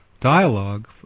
dialogue